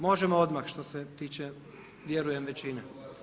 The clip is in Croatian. Možemo odmah što se tiče vjerujem većine.